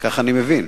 כך אני מבין.